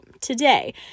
today